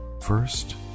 first